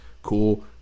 Cool